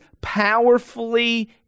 powerfully